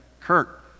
Kurt